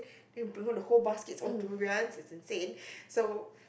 then he bring back the whole basket all durians it's insane so